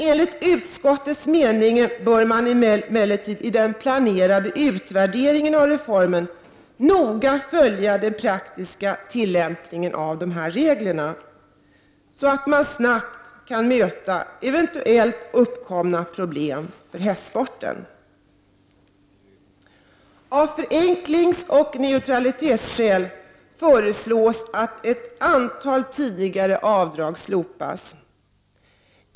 Enligt utskottets mening bör man emellertid i den planerade utvärderingen av reformen noga följa den praktiska tillämpningen av de här reglerna så att man snabbt kan möta eventuellt uppkommande problem för hästsporten. Av förenklingsoch neutralitetsskäl föreslås att ett antal tidigare avdrag slopas.